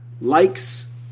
Likes